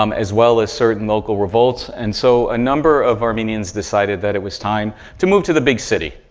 um as well as certain local revolts. and so, a number of armenians decided that it was time to move to the big city,